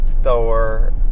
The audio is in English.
store